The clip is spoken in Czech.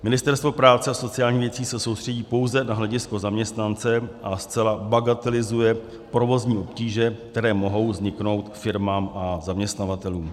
Ministerstvo práce a sociálních věcí se soustředí pouze na hledisko zaměstnance a zcela bagatelizuje provozní obtíže, které mohou vzniknout firmám a zaměstnavatelům.